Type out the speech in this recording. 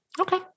Okay